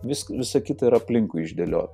vis visa kita yra aplinkui išdėliota